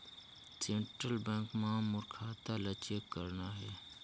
Central bank मां मोर खाता ला चेक करना हे?